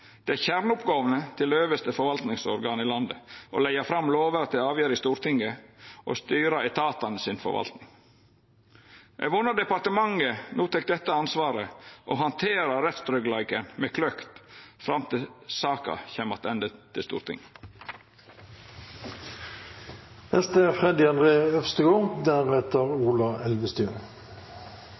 Det er kjerneoppgåvene til det øvste forvaltingsorganet i landet å leggja fram lover til avgjerd i Stortinget og styra etatane si forvalting. Eg vonar departementet no tek dette ansvaret og handterer rettstryggleiken med kløkt fram til saka kjem attende til